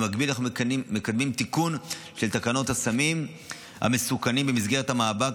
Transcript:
במקביל אנחנו מקדמים תיקון של תקנות הסמים המסוכנים במסגרת המאבק